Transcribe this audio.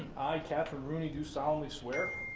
i katherine rooney do solemnly swear.